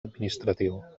administratiu